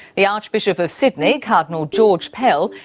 the archbishop of sydney, cardinal george pell,